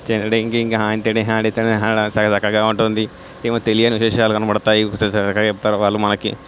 చేయడానికి ఇంకా చాలా చక్కగా ఉంటుంది ఏమో తెలియని విశేషాలు కనపడతాయి చాలా చక్కగా చెప్తారు వాళ్ళు మనకి